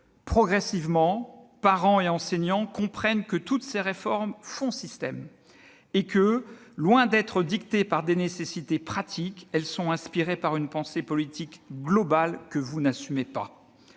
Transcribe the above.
Progressivement, parents et enseignants comprennent que toutes ces réformes font système et que, loin d'être dictées par des nécessités pratiques, elles sont inspirées par une pensée politique globale, que vous n'assumez pas.